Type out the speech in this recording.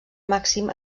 màxim